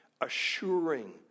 assuring